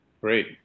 Great